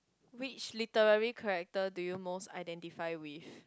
which literally character do you most identify with